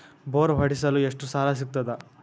Bore ಹೊಡೆಸಲು ಎಷ್ಟು ಸಾಲ ಸಿಗತದ?